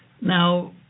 Now